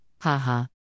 haha